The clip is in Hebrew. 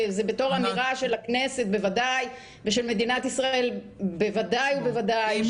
וזו אמירה של הכנסת בוודאי ושל מדינת ישראל בוודאי ובוודאי.